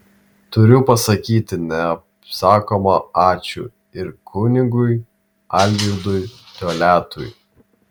turiu pasakyti neapsakoma ačiū ir kunigui algirdui toliatui